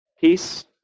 Peace